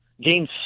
game